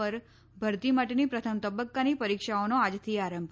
પર ભરતી માટેની પ્રથમ તબક્કાની પરીક્ષાઓનો આજથી આરંભ